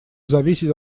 зависеть